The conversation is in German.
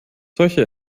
solche